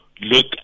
look